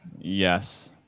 Yes